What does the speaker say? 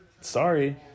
Sorry